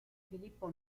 filippo